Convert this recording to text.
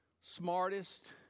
smartest